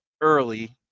early